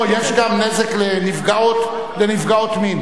לא, יש גם נזק לנפגעות מין.